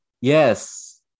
yes